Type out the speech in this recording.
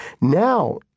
now